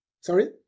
Sorry